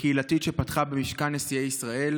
הקהילתית שפתחה במשכן נשיאי ישראל,